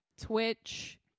twitch